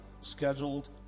scheduled